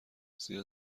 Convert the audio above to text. زیرا